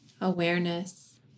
awareness